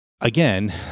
again